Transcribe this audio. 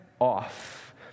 off